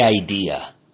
idea